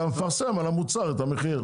אתה מפרסם על המוצר את המחיר.